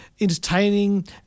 entertaining